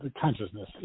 consciousness